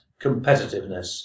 competitiveness